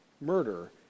murder